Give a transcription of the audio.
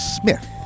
Smith